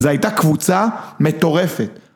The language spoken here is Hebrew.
זו הייתה קבוצה מטורפת.